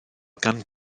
gan